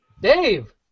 Dave